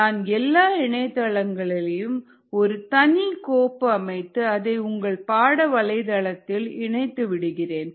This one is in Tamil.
நான் எல்லா இணையதளங்களையும் ஒரு தனி கோப்பு அமைத்து அதை உங்கள் பாட வலைதளத்தில் இணைத்துவிடுகிறேன்